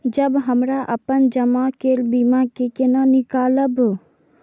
जब हमरा अपन जमा केल बीमा के केना निकालब?